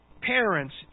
parents